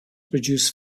produce